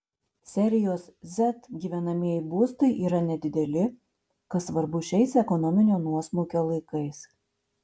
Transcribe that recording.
serijos z gyvenamieji būstai yra nedideli kas svarbu šiais ekonominio nuosmukio laikais